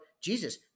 Jesus